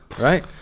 Right